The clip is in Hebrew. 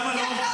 למה לא?